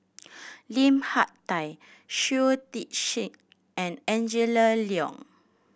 Lim Hak Tai Shui Tit Sing and Angela Liong